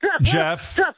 Jeff